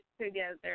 together